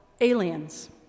aliens